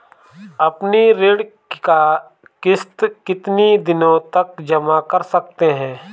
अपनी ऋण का किश्त कितनी दिनों तक जमा कर सकते हैं?